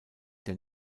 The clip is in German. der